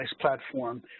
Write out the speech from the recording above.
platform